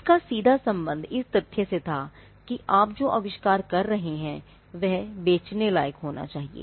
इसका सीधा संबंध इस तथ्य से था कि आप जो आविष्कार कर रहे हैं वह बेचने योग्य होना चाहिए